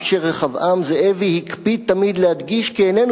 אף שרחבעם זאבי הקפיד תמיד להדגיש כי איננו